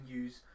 use